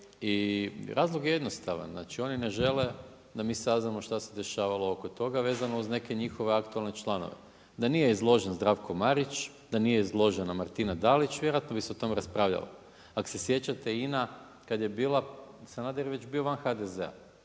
I razlog je jednostavan, znači oni ne žele da mi saznamo šta se dešavalo oko toga, vezano uz neke njihove aktualne članove. Da nije izložen Zdravko Marić, da nije izložena Martina Dalić, vjerojatno bi se o tome raspravljalo. Ako se sjećate INA, kad je bila, Sanader je već bio van HDZ-a.